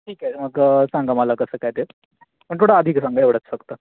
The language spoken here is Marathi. ठीक आहे मग सांगा मला कसं काय ते पण थोडं आधी सांगा एवढंच फक्त